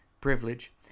privilege